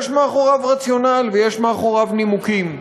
יש מאחוריו רציונל ויש מאחוריו נימוקים.